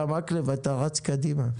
אתה רץ קדימה.